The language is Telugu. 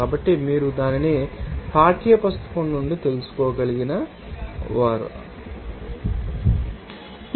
కాబట్టి మీరు దానిని పాఠ్య పుస్తకం నుండి తెలుసుకోగలిగిన వారు అనుబంధంలో ఇవ్వబడ్డారు